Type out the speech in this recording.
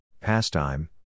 pastime